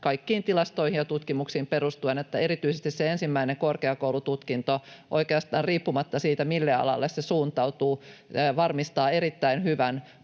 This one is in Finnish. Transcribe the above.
kaikkiin tilastoihin ja tutkimuksiin perustuen, että erityisesti se ensimmäinen korkeakoulututkinto, oikeastaan riippumatta siitä, mille alalle se suuntautuu, varmistaa erittäin hyvän